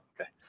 okay